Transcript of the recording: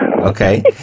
Okay